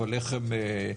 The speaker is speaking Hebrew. אבל איך הם נבדקו,